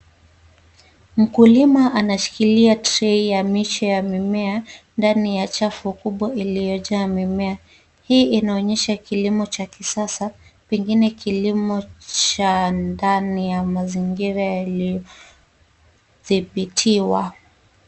Mkulima anashikilia trei ya miche ya mimea ndani ya chafu kubwa iliyojaa mimea. Hii inaonyesha kilimo cha kisasa, pengine kilimo cha ndani ya mazingira yaliyodhibitiwa.